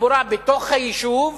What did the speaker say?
תחבורה בתוך היישוב